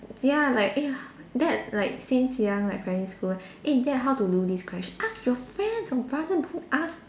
ya like eh how dad like since young like primary school eh dad how to do this question ask your friends or brother don't ask